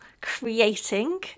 creating